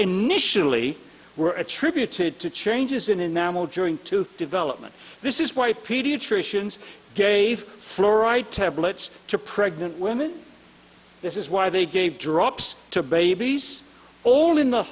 initially were attributed to changes in enamel during two development this is why pediatricians gave fluoride tablets to pregnant women this is why they gave drops to babies all in the